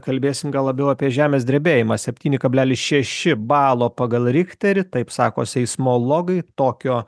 kalbėsim labiau apie žemės drebėjimą septyni kablelis šeši balo pagal richterį taip sako seismologai tokio